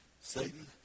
Satan